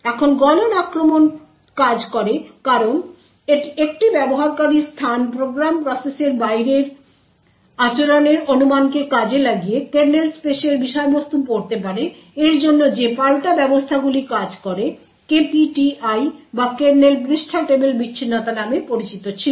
এখন গলন আক্রমণ কাজ করে কারণ একটি ব্যবহারকারী স্থান প্রোগ্রাম প্রসেসরের বাইরের আচরণের অনুমানকে কাজে লাগিয়ে কার্নেল স্পেসের বিষয়বস্তু পড়তে পারে এর জন্য যে পাল্টা ব্যবস্থাগুলি কাজ করে KPTI বা কার্নেল পৃষ্ঠা টেবিল বিচ্ছিন্নতা নামে পরিচিত ছিল